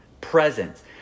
presence